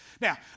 Now